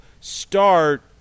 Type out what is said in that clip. start